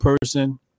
person